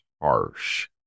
harsh